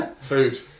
Food